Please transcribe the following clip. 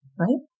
right